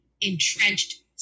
entrenched